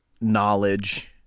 knowledge